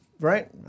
Right